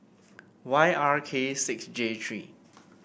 Y R K six J three